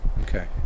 Okay